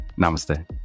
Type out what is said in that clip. namaste